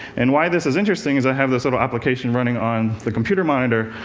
and why this is interesting is i have this sort of application running on the computer monitor,